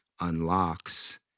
unlocks